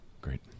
Great